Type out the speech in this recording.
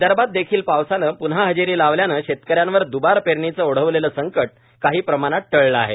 विदर्भातदेखील पावसाने प्न्हा हजेरी लावण्याने शेतक यांवर द्बार पेरणीचे ओढावलेले संकट काही प्रमाणात टळले आहे